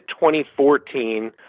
2014